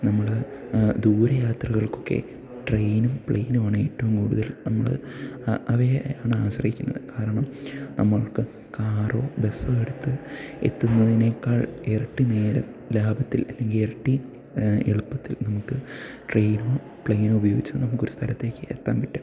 നമ്മള് ദൂരയാത്രകള്ക്കൊക്കെ ട്രെയിനും പ്ലെയിനുമാണ് ഏറ്റവും കൂടുതൽ നമ്മള് അവയെ ആണ് ആശ്രയിക്കുന്നത് കാരണം നമ്മൾക്ക് കാറോ ബസ്സോ എടുത്ത് എത്തുന്നതിനേക്കാൾ ഇരട്ടി നേരം ലാഭത്തിൽ അല്ലെങ്കിൽ ഇരട്ടി എളുപ്പത്തിൽ നമുക്ക് ട്രെയിനോ പ്ലെയിനോ ഉപയോഗിച്ച് നമുക്കൊരു സ്ഥലത്തേക്ക് എത്താൻ പറ്റും